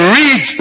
read